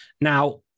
Now